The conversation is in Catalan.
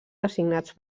designats